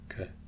Okay